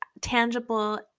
tangible